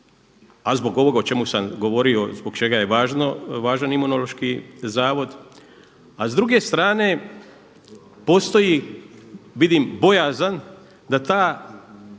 a zbog ovog o čemu sam govorio zbog čega je važan Imunološki zavod, a s druge strane postoji vidim bojazan da to